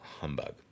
humbug